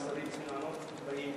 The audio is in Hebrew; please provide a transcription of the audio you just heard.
השרים שצריכים לענות לא באים.